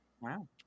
Wow